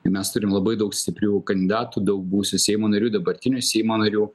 ir mes turim labai daug stiprių kandidatų daug buvusių seimo narių dabartinių seimo narių